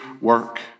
work